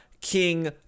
King